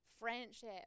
friendship